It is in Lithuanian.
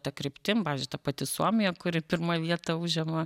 ta kryptim pavyzdžiui ta pati suomija kuri pirmą vietą užema